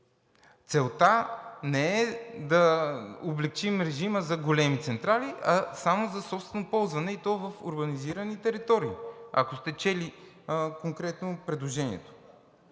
Целта не е да облекчим режима за големи централи, а само за собствено ползване, и то в урбанизирани територии, ако сте чели конкретно предложението.